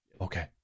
Okay